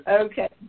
Okay